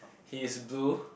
he is blue